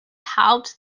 helped